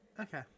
Okay